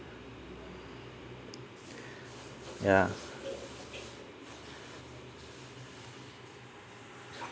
yeah